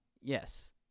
Yes